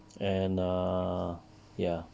and err ya